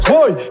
Boy